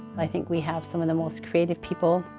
i think we have some of the most creative people,